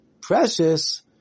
precious